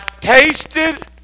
tasted